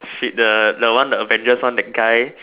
shit the the one the Avengers one that guy